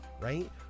right